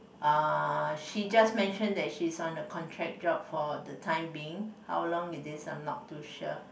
uh she just mentioned that she's on a contract job for the time being how long it is I'm not too sure